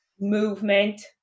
Movement